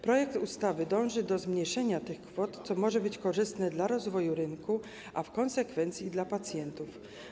Projekt ustawy dąży do zmniejszenia tych kwot, co może być korzystne dla rozwoju rynku, a w konsekwencji i dla pacjentów.